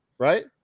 right